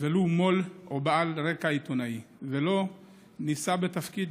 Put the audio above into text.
ולא מו"ל או בעל רקע עיתונאי, ולא נשא בתפקיד